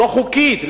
לא חוקית.